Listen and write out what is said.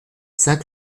saint